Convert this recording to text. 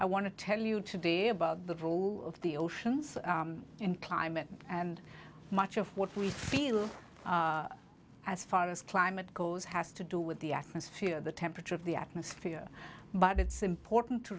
i want to tell you today about the role of the oceans and climate and much of what we feel as far as climate goes has to do with the atmosphere the temperature of the atmosphere but it's important to